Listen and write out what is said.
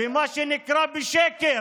מה שנקרא בשקר,